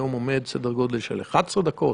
זמן ההמתנה היום עומד על סדר גודל של 11 דקות,